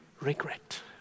regret